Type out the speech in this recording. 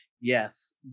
Yes